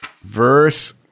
verse